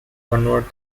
convert